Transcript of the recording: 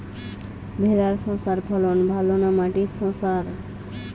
ভেরার শশার ফলন ভালো না মাটির শশার?